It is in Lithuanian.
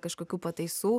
kažkokių pataisų